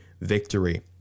victory